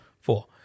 Four